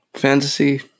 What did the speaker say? Fantasy